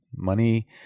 money